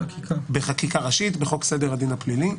בחקיקה ראשית, בחוק סדר הדין הפלילי.